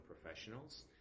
professionals